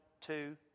two